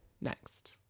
next